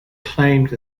claimed